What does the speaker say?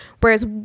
whereas